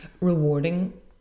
rewarding